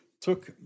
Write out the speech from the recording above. took